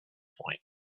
point